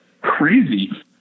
crazy